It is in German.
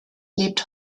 lebt